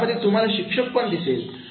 यामध्ये तुम्हाला शिक्षक पण दिसेल